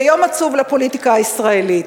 זה יום עצוב לפוליטיקה הישראלית.